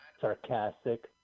sarcastic